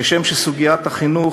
כשם שסוגיות החינוך,